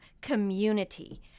community